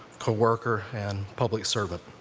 co-worker and public servant.